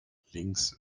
links